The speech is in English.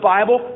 Bible